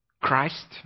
Christ